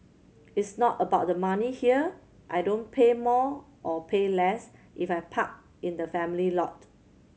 it's not about the money here I don't pay more or pay less if I park in the family lot